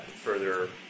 further